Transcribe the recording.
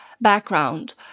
background